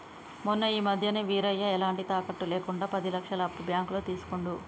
మొన్న ఈ మధ్యనే వీరయ్య ఎలాంటి తాకట్టు లేకుండా పది లక్షల అప్పు బ్యాంకులో తీసుకుండు